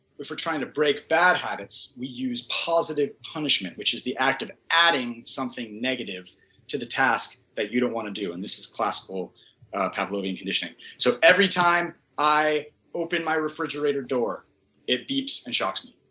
we are trying to break bad habits we use positive punishment which is the act of adding something negative to the tasks that you don't want to do. and this is class for pavlovian conditioning. so every time i open my refrigerator door it beeps and shocks me.